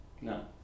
No